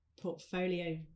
portfolio